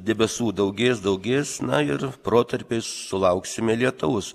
debesų daugės daugės na ir protarpiais sulauksime lietaus